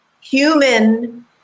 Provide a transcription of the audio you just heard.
human